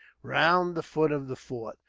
round the foot of the fort.